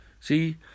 See